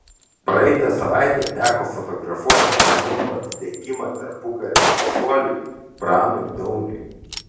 praeitą savaitę teko fotografuoti paminklo atidengimą tarpukario šviesuoliui pranui dauniui